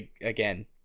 again